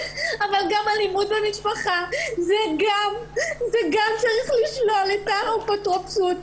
אבל גם אלימות במשפחה צריכה לשלול את האפוטרופסות.